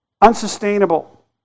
unsustainable